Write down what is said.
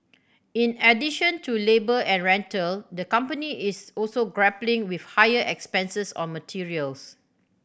in addition to labour and rental the company is also grappling with higher expenses on materials